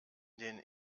den